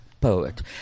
poet